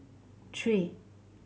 three